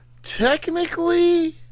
Technically